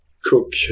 cook